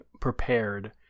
prepared